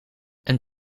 een